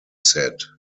set